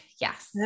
Yes